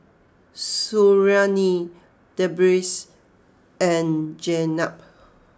Suriani Deris and Jenab